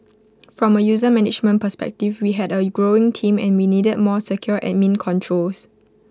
from A user management perspective we had A growing team and we needed more secure admin controls